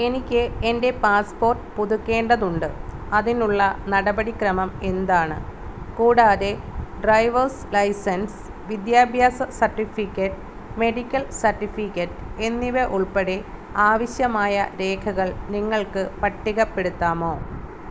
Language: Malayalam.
എനിക്ക് എൻ്റെ പാസ്പോർട്ട് പുതുക്കേണ്ടതുണ്ട് അതിനുള്ള നടപടിക്രമം എന്താണ് കൂടാതെ ഡ്രൈവേർസ് ലൈസൻസ് വിദ്യാഭ്യാസ സർട്ടിഫിക്കറ്റ് മെഡിക്കൽ സർട്ടിഫിക്കറ്റ് എന്നിവ ഉൾപ്പെടെ ആവശ്യമായ രേഖകൾ നിങ്ങൾക്ക് പട്ടികപ്പെടുത്താമോ